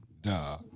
Duh